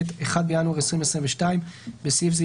התשפ"ב (1 בינואר 2022) (בסעיף זה,